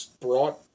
brought